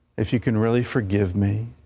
if you can really forgive me,